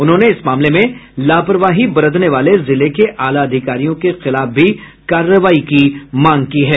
उन्होंने इस मामले में लापरवाही बरतने वाले जिले के आलाधिकारियों के खिलाफ भी कार्रवाई की मांग की है